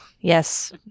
yes